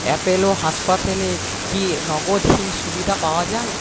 Apollo হাসপাতালে কি নগদহীন সুবিধা পাওয়া যায়